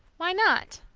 why not?